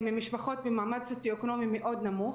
הן ממשפחות ממעמד סוציואקונומי מאוד נמוך.